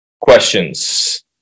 questions